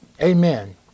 Amen